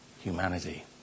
Humanity